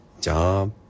job